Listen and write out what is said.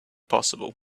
possible